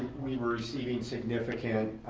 we were receiving significant